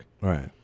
Right